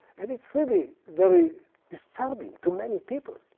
and it's really very disturbing to many people.